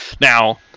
Now